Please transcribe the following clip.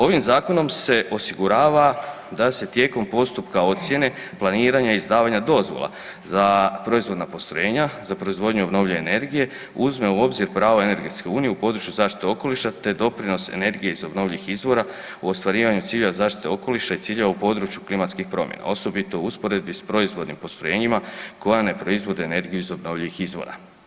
Ovim Zakonom se osigurava da se tijekom postupka ocijene planiranja i izdavanja dozvola za proizvodna postrojenja za proizvodnju obnovljive energije, uzme u obzir pravo ... u području zaštite okoliša te doprinos energije iz obnovljivih izvora u ostvarivanju cilja zaštite okoliša i cilja u području klimatskih promjena, osobito u usporedbi s proizvodnim postrojenjima koja ne proizvode energiju iz obnovljivih izvora.